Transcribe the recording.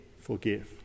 forgive